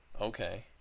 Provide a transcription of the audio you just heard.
Okay